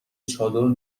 چادر